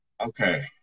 Okay